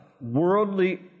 worldly